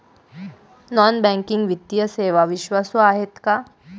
Non banking वित्तीय सेवा विश्वासू आहेत का?